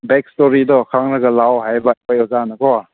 bag ꯏꯁꯇꯣꯔꯤꯗꯣ ꯈꯪꯉꯒ ꯂꯥꯛꯑꯣ ꯍꯥꯏꯕ ꯑꯩꯈꯣꯏ ꯑꯣꯖꯥꯅꯀꯣ